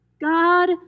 God